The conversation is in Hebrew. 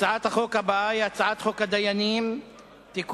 הצעת החוק הבאה היא הצעת חוק הדיינים (תיקון,